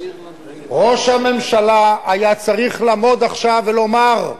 ראש הממשלה היה צריך לעמוד עכשיו ולומר: